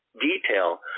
detail –